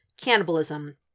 Cannibalism